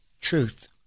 truth